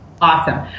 Awesome